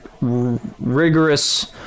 rigorous